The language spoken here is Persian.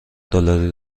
دلاری